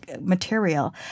material